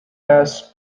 has